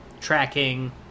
tracking